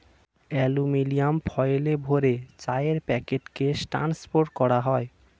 aluminium ফয়েলে ভরে চায়ের প্যাকেটকে ট্রান্সপোর্ট করা হয়